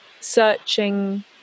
searching